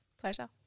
Pleasure